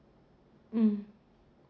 mm